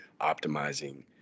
optimizing